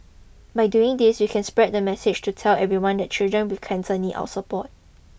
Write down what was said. by doing this we can spread the message to tell everyone that children with cancer need our support